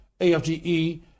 AFGE